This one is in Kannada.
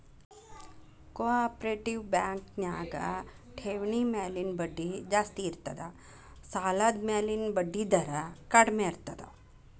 ಕೊ ಆಪ್ರೇಟಿವ್ ಬ್ಯಾಂಕ್ ನ್ಯಾಗ ಠೆವ್ಣಿ ಮ್ಯಾಲಿನ್ ಬಡ್ಡಿ ಜಾಸ್ತಿ ಇರ್ತದ ಸಾಲದ್ಮ್ಯಾಲಿನ್ ಬಡ್ಡಿದರ ಕಡ್ಮೇರ್ತದ